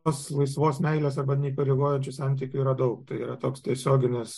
tos laisvos meilės arba neįpareigojančių santykių yra daug tai yra toks tiesioginis